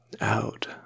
Out